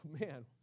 man